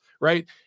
Right